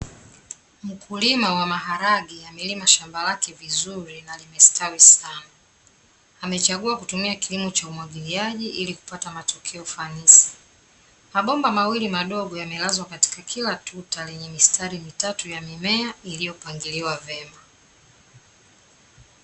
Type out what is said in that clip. Mkulima wa maharage amelima shamba lake vizuri na limestawi sana. Amechagua kutumia kilimo cha umwagiliaji ili kupata matokeo fanisi. Mabomba mawili madogo yamelazwa katika kila tuta lenye mistari mitatu ya mimea, iliyopangiliwa vema.